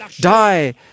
die